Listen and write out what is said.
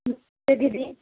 दीदी